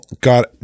got